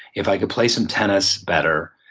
if i can play some tennis, better,